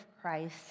Christ